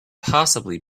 possibly